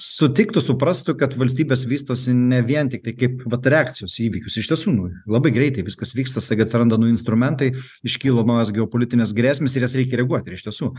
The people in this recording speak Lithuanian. sutiktų suprastų kad valstybės vystosi ne vien tiktai kaip vat reakcijos į įvykius iš tiesų nu labai greitai viskas vyksta staiga atsiranda nauji instrumentai iškyla naujos geopolitinės grėsmės ir į jas reikia reaguot ir iš tiesų